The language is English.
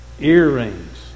earrings